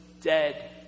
dead